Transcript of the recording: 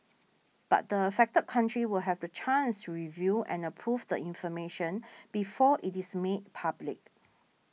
but the affected country will have the chance review and approve the information before it is made public